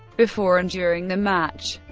before and during the match,